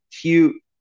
cute